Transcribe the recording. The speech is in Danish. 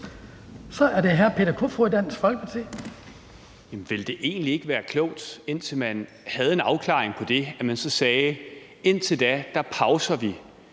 Så er det hr. Peter Kofod, Dansk Folkeparti. Kl. 14:48 Peter Kofod (DF): Ville det egentlig ikke være klogt, indtil man havde en afklaring på det, at man så sagde: Indtil da pauser vi